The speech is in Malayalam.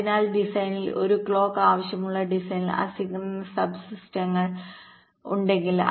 അതിനാൽ ഡിസൈനിൽ ഒരു ക്ലോക്ക് ആവശ്യമുള്ള ഡിസൈനിൽ അസിൻക്രണസ് സബ് സിസ്റ്റങ്ങൾഉണ്ടെങ്കിൽ